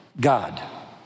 God